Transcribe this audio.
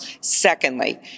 Secondly